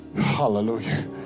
Hallelujah